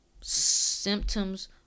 symptoms